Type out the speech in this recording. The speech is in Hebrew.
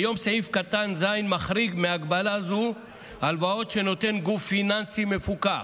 כיום סעיף קטן (ז) מחריג מהגבלה זו הלוואות שנותן גוף פיננסי מפוקח.